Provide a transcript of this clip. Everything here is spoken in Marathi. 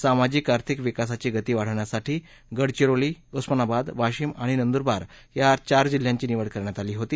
सामाजिक आथिर्क विकासाची गती वाढवण्यासाठी गडचिरोली उस्मानाबादवाशीम आणि नंदुरबार या चार जिल्ह्यांची निवड करण्यात आली होती